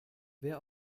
wer